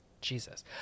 Jesus